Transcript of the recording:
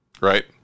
right